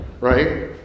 right